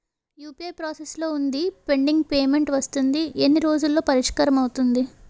UPI process లో వుంది pending payment వస్తుంది ఎన్ని రోజుల్లో పరిష్కారం అవుతుంది